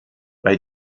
bei